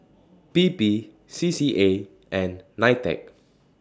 P P C C A and NITEC